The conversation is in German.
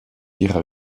ihrer